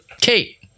Kate